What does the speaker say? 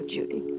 Judy